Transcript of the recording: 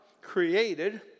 created